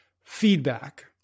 feedback